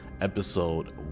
episode